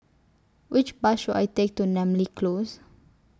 Which Bus should I Take to Namly Close